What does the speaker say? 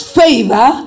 favor